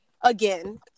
Again